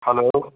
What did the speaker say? hello